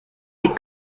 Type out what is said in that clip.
les